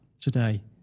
today